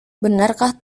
benarkah